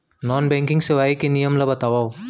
Non banking सेवाएं के नियम ला बतावव?